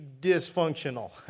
dysfunctional